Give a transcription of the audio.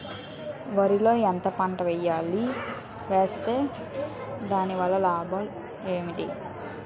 వరిలో అంతర పంట ఎం వేయాలి? వేస్తే దాని వల్ల లాభాలు ఏంటి?